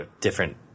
different